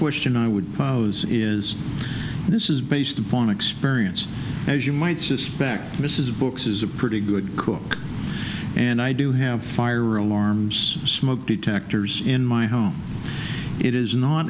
question i would pose is this is based on experience as you might suspect mrs brooks is a pretty good cook and i do have fire alarms smoke detectors in my home it is not